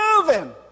moving